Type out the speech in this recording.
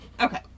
Okay